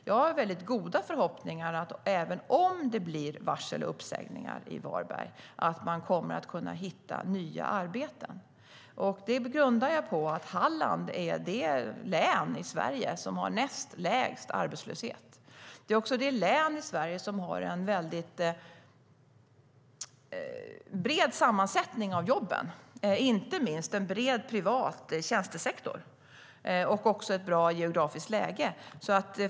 Jag har väldigt goda förhoppningar att människor även om det blir varsel och uppsägningar i Varberg kommer att kunna hitta nya arbeten. Det grundar jag på att Halland är det län i Sverige som har näst lägst arbetslöshet. Det är också det län i Sverige som har en väldigt bred sammansättning av jobben och inte minst en bred privat tjänstesektor och också ett bra geografiskt läge.